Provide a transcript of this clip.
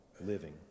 living